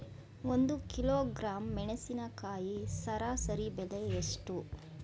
ಒಂದು ಕಿಲೋಗ್ರಾಂ ಮೆಣಸಿನಕಾಯಿ ಸರಾಸರಿ ಬೆಲೆ ಎಷ್ಟು?